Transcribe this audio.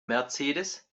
mercedes